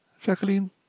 Jacqueline